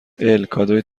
الکادوی